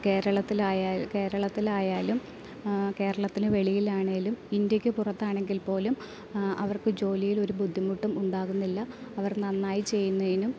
കേരളത്തിലായാൽ കേരളത്തിലായാലും കേരളത്തിന് വെളിയിലാണേലും ഇന്ത്യയ്ക്ക് പുറത്താണെങ്കിൽ പോലും അവർക്ക് ജോലിയിലൊരു ബുദ്ധിമുട്ടും ഉണ്ടാകുന്നില്ല അവർ നന്നായി ചെയ്യുന്നതിനും